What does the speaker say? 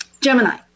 Gemini